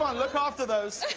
um look ah after those.